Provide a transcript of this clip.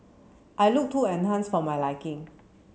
I looked too enhanced for my liking